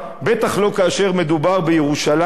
בטח לא כאשר מדובר בירושלים,